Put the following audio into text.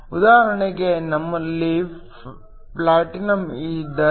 ಉದಾಹರಣೆಗೆ ನಮ್ಮಲ್ಲಿ ಪ್ಲಾಟಿನಂ ಇದ್ದರೆ